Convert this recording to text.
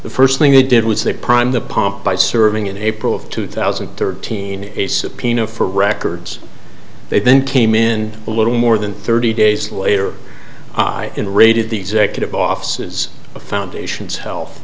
the first thing they did was they prime the pump by serving in april of two thousand and thirteen a subpoena for records they then came in a little more than thirty days later i in raided the executive offices of foundations health